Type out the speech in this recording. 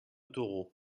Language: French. taureau